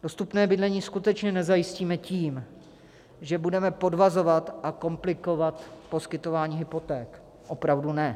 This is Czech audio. Dostupné bydlení skutečně nezajistíme tím, že budeme podvazovat a komplikovat poskytování hypoték, opravdu ne.